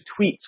tweets